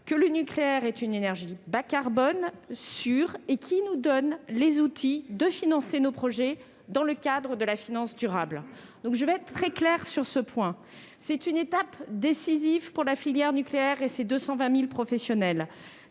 que le nucléaire est une énergie bas-carbone et sûre, ce qui nous donne les outils de financer nos projets dans le cadre de la finance durable. C'est une étape décisive pour la filière nucléaire et ses 220 000 professionnels.